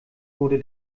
wurde